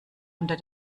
unter